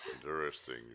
Interesting